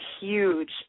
huge